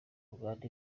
murwanda